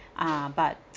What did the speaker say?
ah but